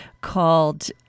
called